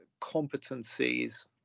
competencies